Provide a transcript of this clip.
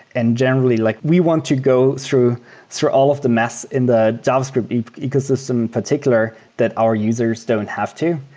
and generally like we want to go through through all of the mess in the javascript ecosystem in particular that our users don't have to.